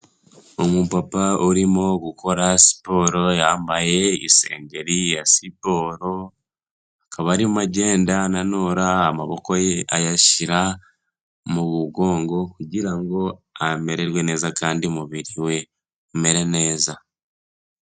Umupapa urimo gukora siporo, yambaye isengeri ya siporo akaba arimo agenda ananura amaboko ye ayashyira mu mugongo kugira ngo amererwe neza kandi umubiri we umere neza.